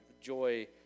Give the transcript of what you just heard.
joy